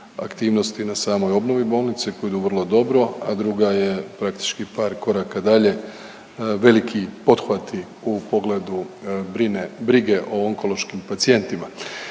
aktivnosti na samoj obnovi bolnice koje idu vrlo dobro, a druga je praktički par koraka dalje veliki pothvati u pogledu brige o onkološkim pacijentima